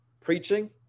preaching